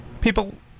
People